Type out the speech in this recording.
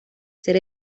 ser